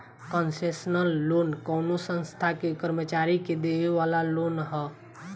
concessional loan कवनो संस्था के कर्मचारी के देवे वाला लोन ह